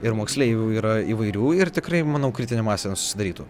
ir moksleivių yra įvairių ir tikrai manau kritinė masė susidarytų